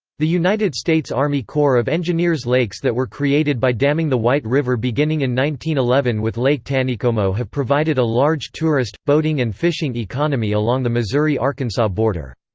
the united states army corps of engineers lakes that were created by damming the white river beginning in one eleven with lake taneycomo have provided a large tourist, boating and fishing economy along the missouri-arkansas border.